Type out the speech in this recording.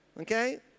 okay